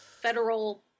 federal